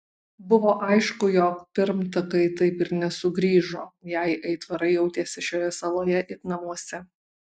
buvo aišku jog pirmtakai taip ir nesugrįžo jei aitvarai jautėsi šioje saloje it namuose